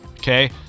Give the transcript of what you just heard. Okay